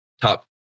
top